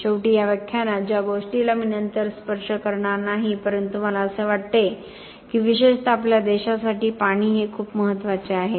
शेवटी या व्याख्यानात ज्या गोष्टीला मी नंतर स्पर्श करणार नाही परंतु मला असे वाटते की विशेषतः आपल्या देशासाठी पाणी हे खूप महत्वाचे आहे